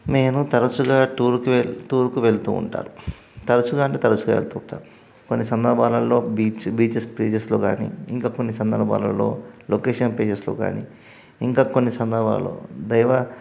నేను తరచుగా టూర్కి వెళ్ళి టూర్కి వెళుతూ ఉంటాను తరచుగా అంటే తరచుగా వెళుతూ ఉంటాను కొన్ని సందర్భాలల్లో బీచ్ బీచెస్ ప్లేసెస్లో కానీ ఇంకా కొన్ని సందర్భాలల్లో లొకేషన్ ప్లేసెస్లో కానీ ఇంకా కొన్ని సందర్భాలలో దైవ